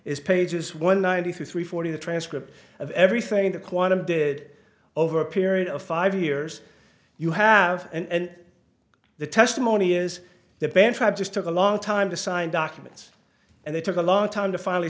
is pages one ninety three forty the transcript of everything the quantum did over a period of five years you have and the testimony is the band tribe just took a long time to sign documents and they took a long time to finally